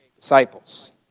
disciples